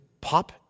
pop